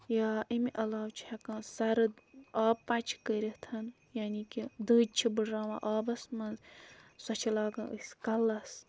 یا اَمہِ علاوٕ چھِ ہٮ۪کان سَرٕد آب پَچہِ کٔرِتھ یعنی کہِ دٔج چھِ بٕڑراوان آبَس منٛز سۄ چھِ لاگان أسۍ کَلَس